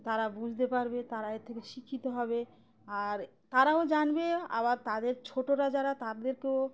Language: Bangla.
তারা বুঝতে পারবে তারা এর থেকে শিক্ষিত হবে আর তারাও জানবে আবার তাদের ছোটরা যারা তাদেরকেও